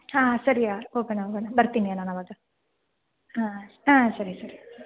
ಹಾಂ ಸರಿ ಹೋಗೋಣ ಹೋಗೋಣ ಬರ್ತೀನಿ ನಾನು ಆವಾಗ ಹಾಂ ಹಾಂ ಸರಿ ಸರಿ